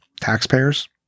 taxpayers